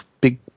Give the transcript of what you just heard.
big